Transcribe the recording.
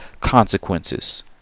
consequences